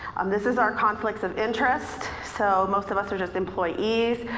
this is our conflicts of interest. so most of us are just employees.